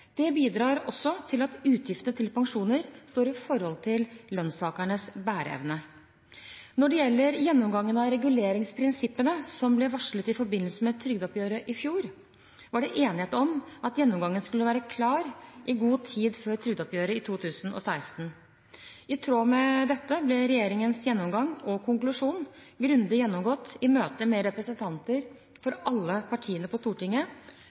Det bidrar også til at utgiftene til pensjoner står i forhold til lønnstakernes bæreevne. Når det gjelder gjennomgangen av reguleringsprinsippene, som ble varslet i forbindelse med trygdeoppgjøret i fjor, var det enighet om at gjennomgangen skulle være klar i god tid før trygdeoppgjøret i 2016. I tråd med dette ble regjeringens gjennomgang og konklusjon grundig gjennomgått i møtet med representanter for alle partiene på Stortinget